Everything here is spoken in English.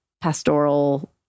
pastoral